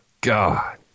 god